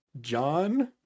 John